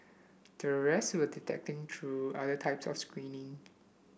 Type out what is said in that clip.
the rest were detected through other types of screening